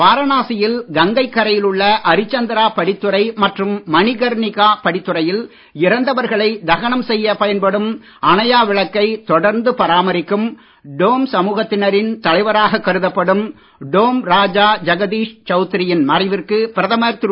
வாரணாசியில் கங்கை கரையில் உள்ள அரிச்சந்திரா படித்துறை மற்றும் மணிகர்ணிகா படித்துறையில் இறந்தவர்களை தகனம் செய்யப் பயன்படும் அணையா விளக்கைத் தொடர்ந்து பராமரிக்கும் டோம் சமூகத்தினரின் தலைவராகக் கருதப்படும் டோம் ராஜா ஜகதீஷ் சவுத்ரியின் மறைவிற்கு பிரதமர் திரு